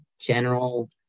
general